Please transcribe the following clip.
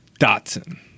Dotson